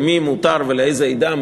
למי מותר ולאיזו עדה,